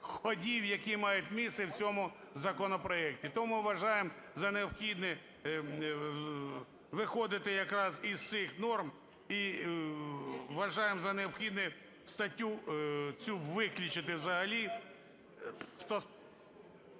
ходів, які мають місце в цьому законопроекті. Тому вважаємо за необхідне виходити якраз із цих норм. І вважаємо за необхідне статтю цю виключити взагалі.